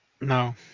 No